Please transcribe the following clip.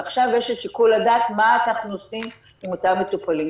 ועכשיו יש את שיקול הדעת מה אנחנו עושים עם אותם מטופלים.